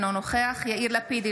אינו נוכח יאיר לפיד,